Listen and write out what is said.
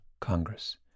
Congress